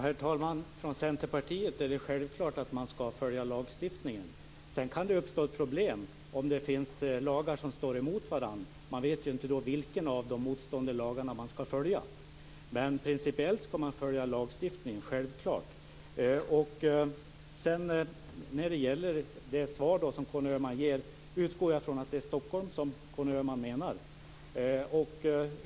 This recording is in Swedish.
Herr talman! För Centerpartiet är det självklart att man ska följa lagstiftningen. Sedan kan det uppstå problem om lagar står emot varandra. Man vet inte vilken av lagarna man ska följa. Principiellt ska man följa lagstiftningen, det är självklart. Jag utgår från att det är Stockholms läns landsting som Conny Öhman menar.